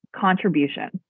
contribution